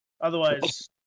otherwise